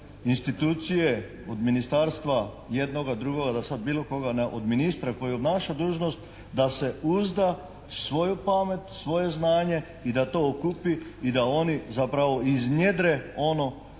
institucije od ministarstva jednoga, drugoga, da se sad bilo koga ne, od ministra koji obnaša dužnost da se uzda u svoju pamet, svoje znanje i da to okupi i da oni zapravo iznjedre ono